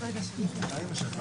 הישיבה ננעלה בשעה 14:04.